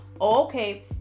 okay